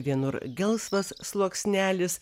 vienur gelsvas sluoksnelis